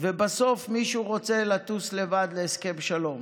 ובסוף מישהו רוצה לטוס לבד להסכם שלום,